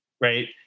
right